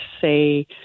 say